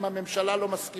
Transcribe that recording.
אם הממשלה לא מסכימה,